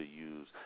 use